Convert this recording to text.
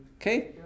Okay